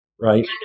right